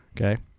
okay